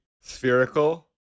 spherical